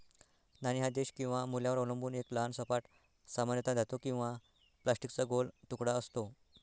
नाणे हा देश किंवा मूल्यावर अवलंबून एक लहान सपाट, सामान्यतः धातू किंवा प्लास्टिकचा गोल तुकडा असतो